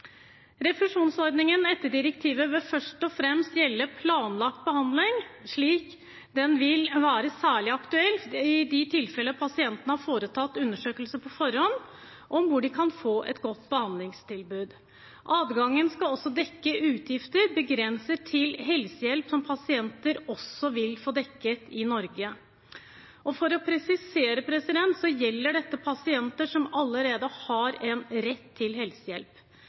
Refusjonsordningen etter direktivet vil først og fremst gjelde planlagt behandling, slik at den vil være særlig aktuell i de tilfeller pasientene har foretatt undersøkelser på forhånd om hvor de kan få et godt behandlingstilbud. Adgangen skal også dekke utgifter begrenset til helsehjelp som pasienter også vil få dekket i Norge. For å presisere gjelder dette pasienter som allerede har en rett til helsehjelp.